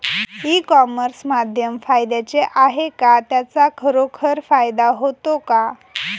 E commerce माध्यम फायद्याचे आहे का? त्याचा खरोखर फायदा होतो का?